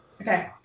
okay